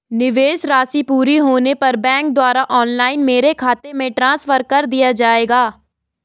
निवेश राशि पूरी होने पर बैंक द्वारा ऑनलाइन मेरे खाते में ट्रांसफर कर दिया जाएगा?